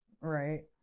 right